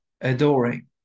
adoring